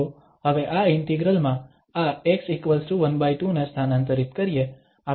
તો હવે આ ઇન્ટિગ્રલ માં આ x12 ને સ્થાનાંતરિત કરીએ આપણને શું મળશે